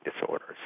disorders